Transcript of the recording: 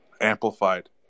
amplified